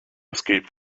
escape